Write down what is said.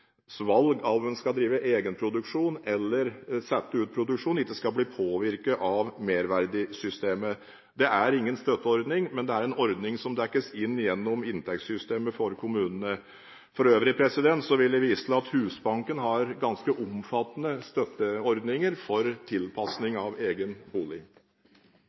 S, om kompensasjonsordningen. Den ordningen er jo der i dag for at kommuners valg av om en skal drive egenproduksjon eller sette ut produksjon, ikke skal bli påvirket av merverdisystemet. Dette er ingen støtteordning, men en ordning som dekkes inn gjennom inntektssystemet for kommunene. For øvrig vil jeg vise til at Husbanken har ganske omfattende støtteordninger for tilpasning av egen bolig.